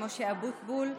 משה אבוטבול,